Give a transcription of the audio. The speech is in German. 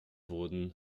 wurden